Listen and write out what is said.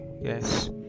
yes